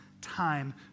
time